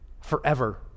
forever